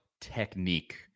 technique